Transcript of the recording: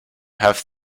have